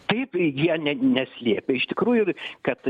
taip jie ne neslėpė iš tikrųjų ir kad